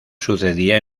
sucedía